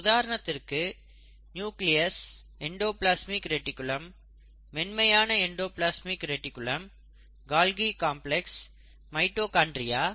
உதாரணத்திற்கு nucleus endoplasmic reticulum மென்மையான endoplasmic reticulum Golgi complex mitochondria